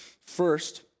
first